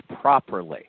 properly